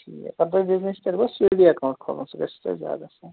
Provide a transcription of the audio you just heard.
ٹھیٖک اگر بِزنٮ۪س چھِ تیٚلہِ گوٚو سی ڈی ایٚکاونٹ کھولُن سُہ گژھوٕ تۄہہِ زیادٕ اصٕل